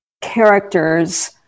characters